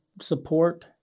support